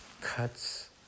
cuts